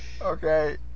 Okay